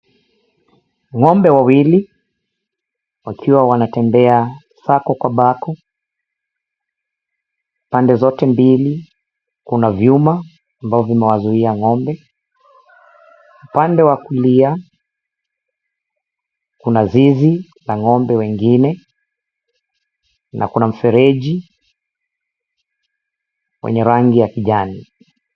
Ng'ombe wawili wakiwa wanatembea sako kwa bako pande zote mbili. Kuna vyuma ambavyo zinawazuhia ng'ombe, upande wa kulia kuna zizi la ng'ombe wengine na kuna mfereji yenye rangi ya kijani.